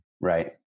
Right